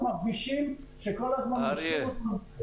אנחנו מרגישים שכל הזמן מושכים אותנו -- אריה,